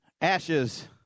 Ashes